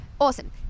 Awesome